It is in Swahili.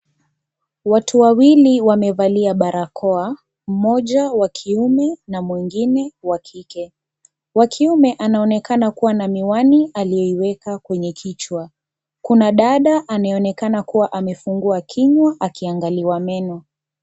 Watu wawili wamevalia barakoa, mmoja wa kiume na mwingine wa kike. Wa kiume anaonekana kuwa na miwani aliyeiweka kwenye kichwa. Kuna dada anayeonekana kuwa amefungua kinywa akiangaliwa meno.